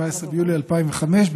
17 ביולי 2005,